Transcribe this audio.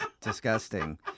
disgusting